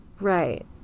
Right